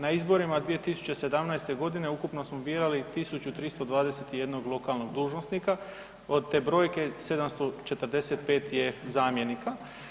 Na izborima 2017. g. ukupno smo birali 1321 lokalnog dužnosnika, od te brojke, 745 je zamjenika.